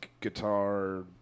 guitar